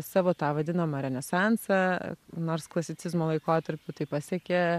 savo tą vadinamą renesansą nors klasicizmo laikotarpiu tai pasiekė